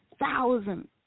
thousand